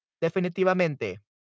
Definitivamente